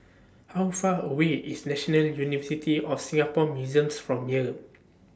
How Far away IS National University of Singapore Museums from here